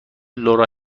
لورا